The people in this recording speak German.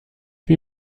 wie